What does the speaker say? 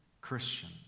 Christian